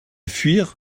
fuir